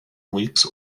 weeks